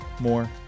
more